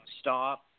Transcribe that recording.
stop